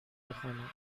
بخوانم